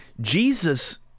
Jesus